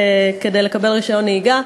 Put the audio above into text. כדי לקבל רישיון נהיגה,